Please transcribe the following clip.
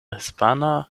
hispana